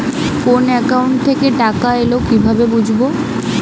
কোন একাউন্ট থেকে টাকা এল কিভাবে বুঝব?